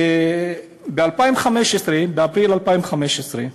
ב-2015, באפריל 2015,